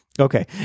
Okay